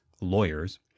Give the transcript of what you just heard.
lawyers